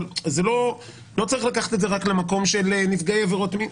לא צריך לקחת את זה רק למקום של נפגעי עבירות מין.